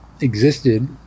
existed